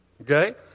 Okay